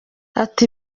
ati